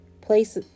Place